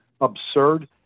absurd